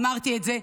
אמרתי את זה.